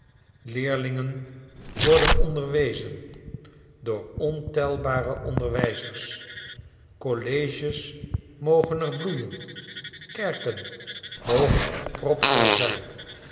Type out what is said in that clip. leerlingon worden onderwezen door ontelbare onderwijzers colleges mogen er bloeien kerken mogen erpropvolzijn